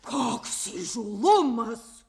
koks įžūlumas